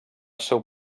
seu